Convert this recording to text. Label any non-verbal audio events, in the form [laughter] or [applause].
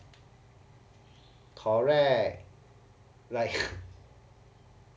correct like [laughs]